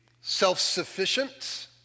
self-sufficient